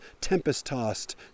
tempest-tossed